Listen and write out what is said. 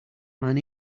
man